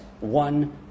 one